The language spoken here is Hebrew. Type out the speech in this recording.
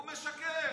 הוא משקר.